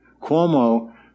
Cuomo